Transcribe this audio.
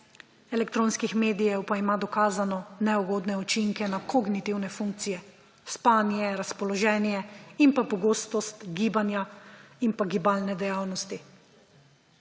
elektronskih medijev pa ima dokazano neugodne učinke na kognitivne funkcije – spanje, razpoloženje in pa pogostost gibanja in gibalne dejavnosti.